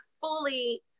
fully